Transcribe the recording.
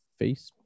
Facebook